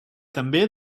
també